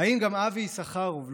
האם גם אבי יששכרוף,